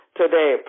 today